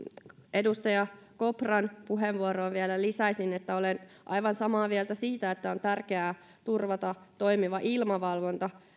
edustaja kopran puheenvuoroon vielä lisäisin että olen aivan samaa mieltä siitä että on tärkeää turvata toimiva ilmavalvonta